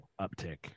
uptick